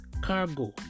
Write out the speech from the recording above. cargo